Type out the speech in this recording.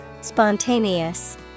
Spontaneous